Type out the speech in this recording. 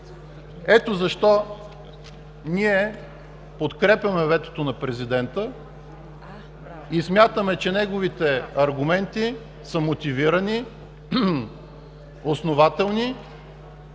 Ето защо ние подкрепяме ветото на президента и смятаме, че неговите аргументи са мотивирани, основателни